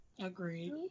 agreed